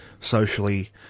socially